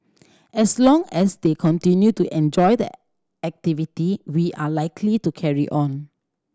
as long as they continue to enjoy the activity we are likely to carry on